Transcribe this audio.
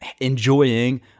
enjoying